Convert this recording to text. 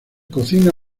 cocina